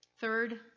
Third